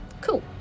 Cool